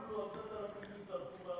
כולה 10,000 איש זרקו מהבית.